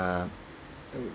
uh